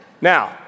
Now